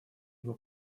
его